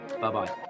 Bye-bye